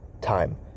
time